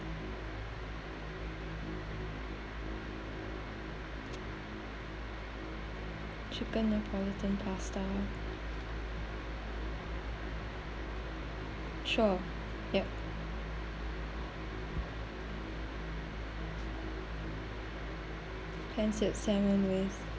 chicken napolitan pasta sure yup pan seared salmon with